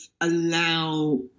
allow